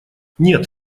нет